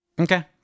Okay